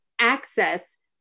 access